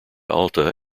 alta